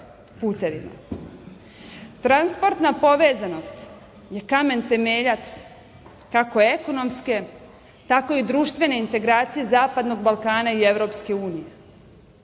putevima. Transportna povezanost je kamen temeljac kako ekonomske, tako i društvene integracije Zapadnog Balkana i EU.Za kraj